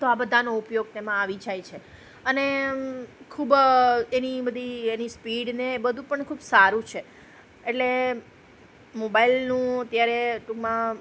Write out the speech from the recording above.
તો આ બધાનો ઉપયોગ તેમાં આવી જાય છે અને ખૂબ એની બધી એની સ્પીડને એ બધું પણ ખૂબ સારું છે એટલે મોબાઈલનું અત્યારે ટૂંકમાં